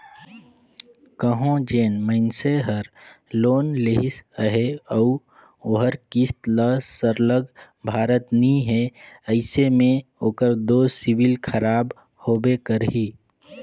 कहों जेन मइनसे हर लोन लेहिस अहे अउ ओहर किस्त ल सरलग भरत नी हे अइसे में ओकर दो सिविल खराब होबे करही